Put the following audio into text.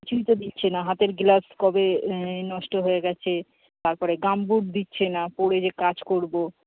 কিছুই তো দিচ্ছে না হাতের গ্লাভস কবে নষ্ট হয়ে গেছে তারপরে গাম্বুট দিচ্ছে না পরে যে কাজ করবো